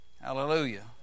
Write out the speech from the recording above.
hallelujah